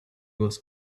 was